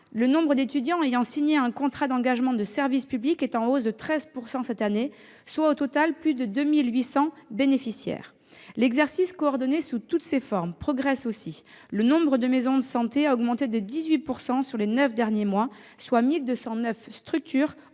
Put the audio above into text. le nombre d'étudiants ayant signé un contrat d'engagement de service public est en hausse de 13 % cette année ; pour un total de plus de 2 800 bénéficiaires. L'exercice coordonné sous toutes ses formes progresse aussi : le nombre de maisons de santé a augmenté de 18 % sur les neuf derniers mois, soit 1 209 structures